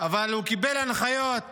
אבל הוא קיבל הנחיות